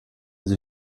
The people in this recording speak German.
sie